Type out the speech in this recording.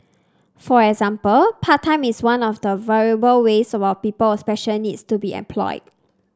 for example part time is one of the viable ways about people with special needs to be employed